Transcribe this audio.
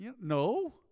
no